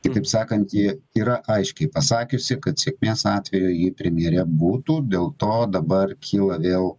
kitaip sakant ji yra aiškiai pasakiusi kad sėkmės atveju ji premjere būtų dėl to dabar kyla vėl